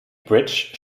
bridge